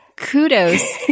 Kudos